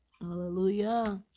Hallelujah